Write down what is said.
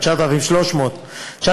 9,300 שקל.